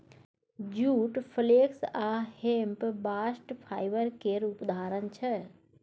जुट, flax आ hemp bast fibre केर उदाहरण छै